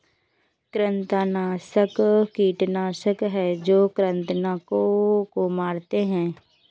कृंतकनाशक कीटनाशक हैं जो कृन्तकों को मारते हैं